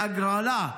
בהגרלה,